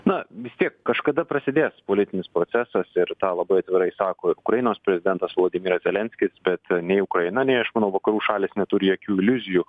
na vis tiek kažkada prasidės politinis procesas ir tą labai atvirai sako ukrainos prezidentas vlodimiras zelenskis bet nei ukraina nei aš manau vakarų šalys neturi jakių iliuzijų